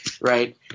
Right